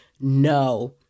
no